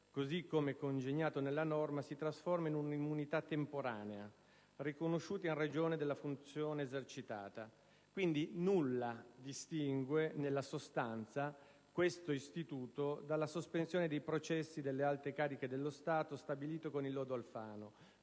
così come congegnato nella norma, si trasforma in un'immunità temporanea, riconosciuta in ragione della funzione esercitata, e quindi nulla distingue nella sostanza questo istituto da quello della sospensione dei processi per le alte cariche dello Stato stabilito con il lodo Alfano